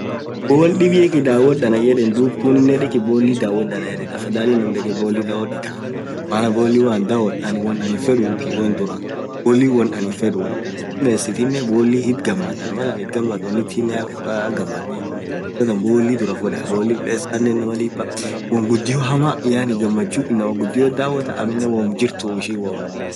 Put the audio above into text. woo won dhibb dhegi dhawodh annan yedhe dhubinen khuninen dhekhii ball dhawodh annan yedhe afadhali Naamm dhekhe balli dhawoth ithaaa maaan balli woanin dhawodh wonn anin fedhuu won dhurah bolli won anin fedhu lamesithenen ball itigamadha onnith tinen hagamadhee dhuathan boli dhurah fedha boli pesanen inamaa lippa won ghudio hamaa ghamachuuu inamaa ghudio dhawotha aminen woom jirtuu ishin